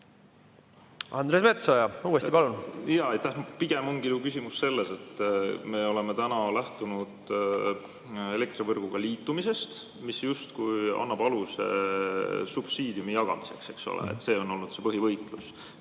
Andres Metsoja uuesti. Palun! Aitäh! Pigem ongi ju küsimus selles, et me oleme lähtunud elektrivõrguga liitumisest, mis justkui annab aluse subsiidiumi jagamiseks, eks ole, see on olnud põhivõitlus.